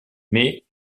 mais